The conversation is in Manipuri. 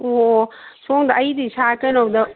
ꯑꯣ ꯁꯣꯝꯗ ꯑꯩꯗꯤ ꯁꯥꯔ ꯀꯩꯗꯧꯗꯧ